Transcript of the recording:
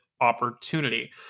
opportunity